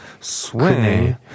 Swing